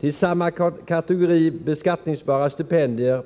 Till samma kategori beskattningsbara stipendier